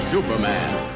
Superman